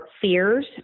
fears